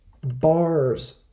bars